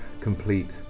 complete